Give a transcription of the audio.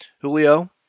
Julio